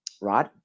right